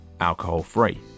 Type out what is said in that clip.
alcohol-free